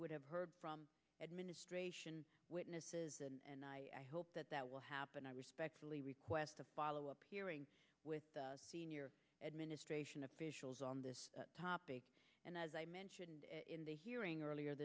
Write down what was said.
would have heard from administration witnesses and i hope that that will happen i respectfully request a follow up with the senior administration officials on this topic and as i mentioned in the hearing earlier